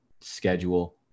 schedule